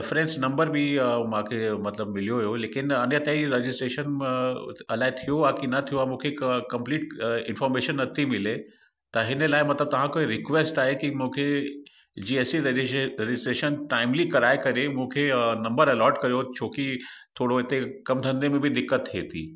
reference number बि मूंखे मतिलबु मिलियो हुयो लेकिन अञा ताईं रजिस्ट्रेशन अलाए थियो आहे की न थियो आहे मूंखे क कमप्लीट इंफ़ॉर्मेशन नथी मिले त हिन लाइ मतिलबु तव्हां खां रिक्वेस्ट आहे के मूंखे जी एस टी रजीशे रजिस्ट्रेशन टाईमली कराए करे मूंखे नम्बर अलॉट कयो छोकी थोरो हिते कमु धंधे में बि दिक़त थिए थी